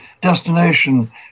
destination